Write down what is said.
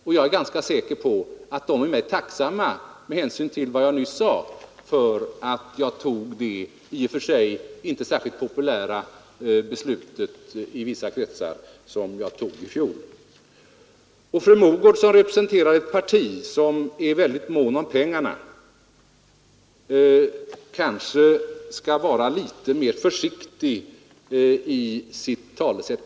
Och jag är ganska säker på att de berörda, med hänsyn till vad jag nyss sade, är tacksamma för att jag tog det i vissa kretsar inte särskilt populära beslut som jag tog i fjol. Fru Mogård som representerar ett parti där man är mycket mån om pengarna kanske skall vara litet försiktigare i sitt talessätt.